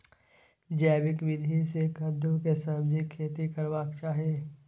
जैविक विधी से कद्दु के सब्जीक खेती करबाक चाही?